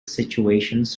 situations